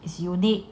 is unique